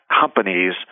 companies